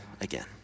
again